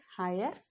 higher